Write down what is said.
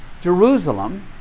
Jerusalem